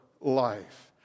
life